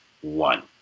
one